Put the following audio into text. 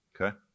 Okay